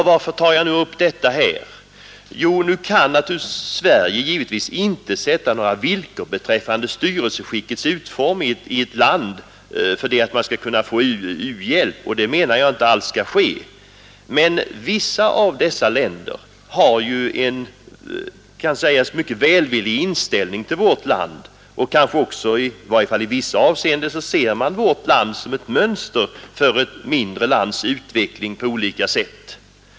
Varför tar jag nu upp detta här? Sverige kan givetvis inte ställa några villkor beträffande styrelseskickets utformning i ett land för att det skall kunna få u-hjälp, och det menar jag inte alls skall ske, men vissa av dessa länder har en mycket välvillig inställning till vårt land och ser kanske också, i varje fall i vissa avseenden, vårt land som ett mönster för ett mindre lands utveckling på olika sätt.